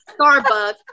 Starbucks